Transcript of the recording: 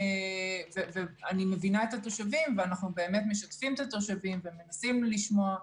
אני מבינה את התושבים ואנחנו משתפים את התושבים ומנסים לשמוע.